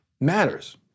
matters